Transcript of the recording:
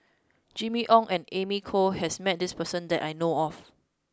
Jimmy Ong and Amy Khor has met this person that I know of